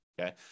Okay